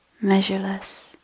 measureless